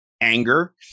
anger